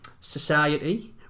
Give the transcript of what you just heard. society